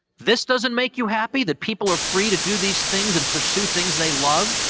this doesn't make you happy? that people are free to do these things and pursue things they love?